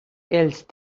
else